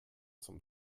zum